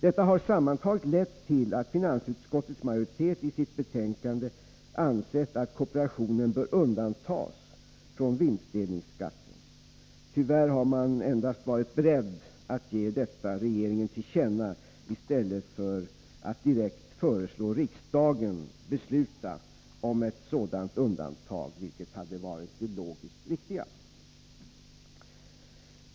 Detta har sammantaget lett till att finansutskottets majoritet i sitt betänkande ansett att kooperationen bör undantas från vinstdelningsskatten. Tyvärr har man endast varit beredd att ge detta regeringen till känna i stället för att direkt föreslå riksdagen besluta om ett sådant undantag, vilket hade varit det logiskt riktiga.